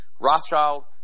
Rothschild